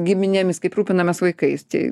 giminėmis kaip rūpinamės vaikais tai